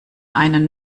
einen